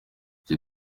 njye